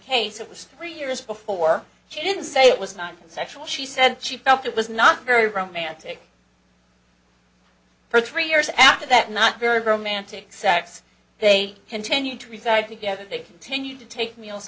case it was three years before she didn't say it was not sexual she said she felt it was not very romantic for three years after that not very romantic sex they continued to reside together they continued to take meals